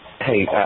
Hey